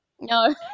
no